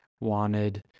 wanted